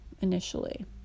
initially